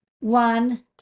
one